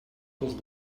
was